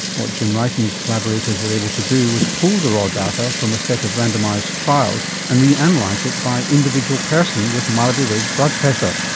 what jim wright and his collaborators were able to do was pull the raw data from a set of randomised trials and reanalyse it by individual person with mildly raised blood pressure,